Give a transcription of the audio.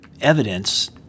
evidence